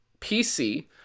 pc